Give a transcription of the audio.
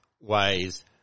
ways